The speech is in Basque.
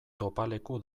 topaleku